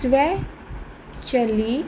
ਸਵੈ ਚਲਿਤ